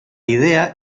idea